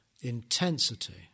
intensity